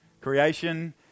Creation